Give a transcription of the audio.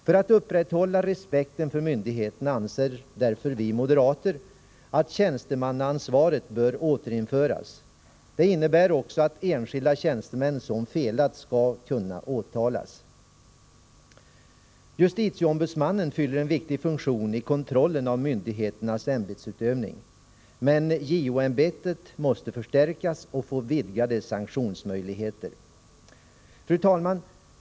För att upprätthålla respekten för myndigheterna anser därför vi moderater att tjänstemannaansvaret bör återinföras. Det innebär också att enskilda tjänstemän som felat skall kunna åtalas. Justitieombudsmannen fyller en viktig funktion i kontrollen av myndigheternas ämbetsutövning. Men JO-ämbetet måste förstärkas och få vidgade sanktionsmöjligheter. Fru talman!